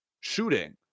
shooting